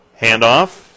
Handoff